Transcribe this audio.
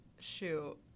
Shoot